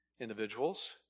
individuals